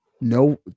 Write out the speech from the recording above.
No